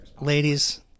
Ladies